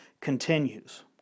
continues